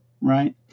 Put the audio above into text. right